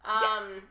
Yes